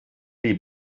dir